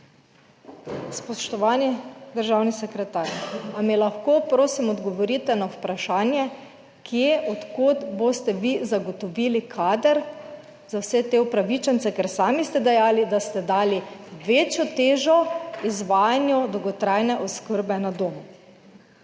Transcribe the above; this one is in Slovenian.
Spoštovani državni sekretar, ali mi lahko prosim odgovorite na vprašanje, kje, od kod boste vi zagotovili kader za vse te upravičence, ker sami ste dejali, da ste dali večjo težo izvajanju dolgotrajne oskrbe na domu?